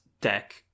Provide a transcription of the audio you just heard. deck